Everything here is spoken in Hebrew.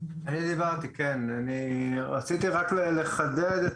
רציתי רק לחדד.